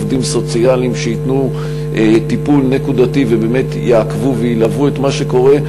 עובדים סוציאליים שייתנו טיפול נקודתי ובאמת יעקבו וילוו את מה שקורה,